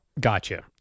Gotcha